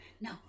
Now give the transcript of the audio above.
No